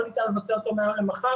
לא ניתן לבצע אותו מהיום למחר.